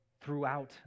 throughout